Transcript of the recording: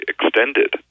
extended